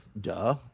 duh